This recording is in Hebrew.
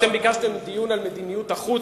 אתם ביקשתם דיון על מדיניות החוץ,